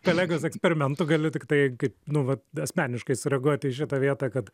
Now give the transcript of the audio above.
kolegos eksperimentų galiu tiktai kaip nu vat asmeniškai sureaguoti į šitą vietą kad